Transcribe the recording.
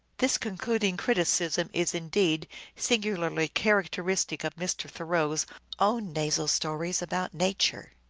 this concluding criticism is indeed singularly characteristic of mr. thoreau s own nasal stories about nature,